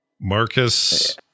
Marcus